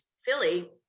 Philly